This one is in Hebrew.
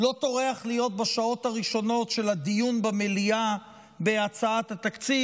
לא טורח להיות בשעות הראשונות של הדיון במליאה בהצעת התקציב,